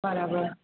બરાબર